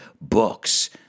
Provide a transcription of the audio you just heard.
books